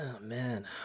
Man